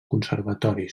conservatori